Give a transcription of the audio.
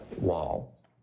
wall